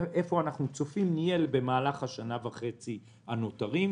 ואיפה אנחנו צופים שנהיה במהלך השנה וחצי הנותרות,